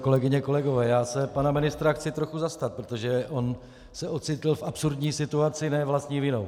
Kolegyně, kolegové, já se pana ministra chci trochu zastat, protože on se ocitl v absurdní situaci ne vlastní vinou.